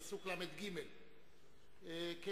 פסוק ל"ג, כנאום: